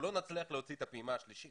אנחנו לא נצליח להוציא את הפעימה השלישית